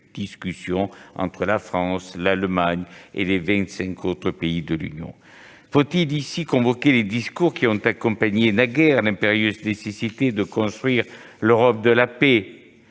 discussions entre la France, l'Allemagne et les vingt-cinq autres pays de l'Union européenne. Faut-il convoquer les discours qui ont accompagné naguère l'impérieuse nécessité de construire l'Europe de la paix ?